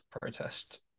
Protest